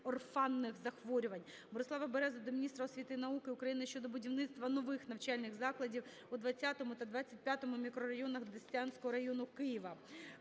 орфанних захворювань. Борислава Берези до міністра освіти і науки України щодо будівництва нових навчальних закладів у 20-му та 25-му мікрорайонах Деснянського району Києва.